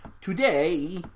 Today